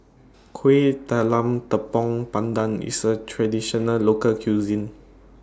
Kueh Talam Tepong Pandan IS A Traditional Local Cuisine